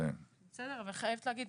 אני חייבת להגיד,